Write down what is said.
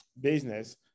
business